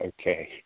Okay